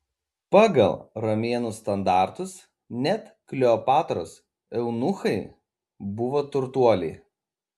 pagal romėnų standartus net kleopatros eunuchai buvo turtuoliai